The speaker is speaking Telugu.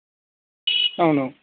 అవును